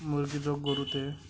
মুরগির রোগ গরুতে